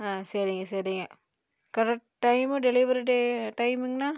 ஆ சரிங்க சரிங்க correct time delivery day டைமுங்கண்ணா